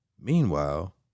meanwhile